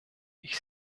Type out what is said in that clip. ich